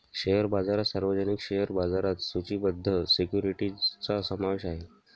share बाजारात सार्वजनिक share बाजारात सूचीबद्ध सिक्युरिटीजचा समावेश आहे